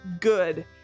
Good